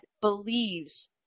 believes